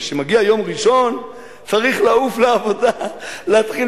וכשמגיע יום ראשון צריך לעוף לעבודה, להתחיל